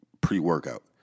pre-workout